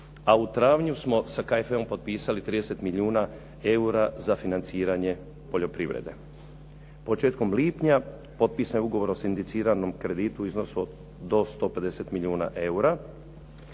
a u travnju smo sa KFE-om potpisali 30 milijuna eura za financiranje poljoprivrede. Početkom lipnja potpisan je ugovor o sindiciranom kreditu u iznosu do 150 milijuna eura,